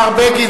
השר בגין,